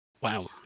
Wow